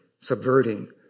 subverting